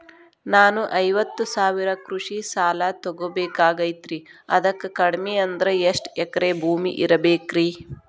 ನಾನು ಐವತ್ತು ಸಾವಿರ ಕೃಷಿ ಸಾಲಾ ತೊಗೋಬೇಕಾಗೈತ್ರಿ ಅದಕ್ ಕಡಿಮಿ ಅಂದ್ರ ಎಷ್ಟ ಎಕರೆ ಭೂಮಿ ಇರಬೇಕ್ರಿ?